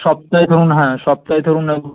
সপ্তাহে ধরুন হ্যাঁ সপ্তাহে ধরুন